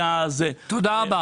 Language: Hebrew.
תודה רבה.